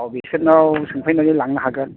अह बिसोरनाव सोंफैनानै लांनो हागोन